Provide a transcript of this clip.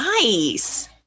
Nice